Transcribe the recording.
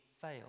fail